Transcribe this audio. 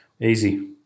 Easy